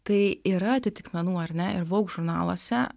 tai yra atitikmenų ar ne ir vogue žurnaluose